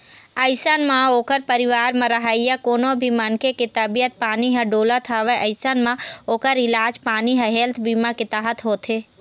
अइसन म ओखर परिवार म रहइया कोनो भी मनखे के तबीयत पानी ह डोलत हवय अइसन म ओखर इलाज पानी ह हेल्थ बीमा के तहत होथे